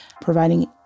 providing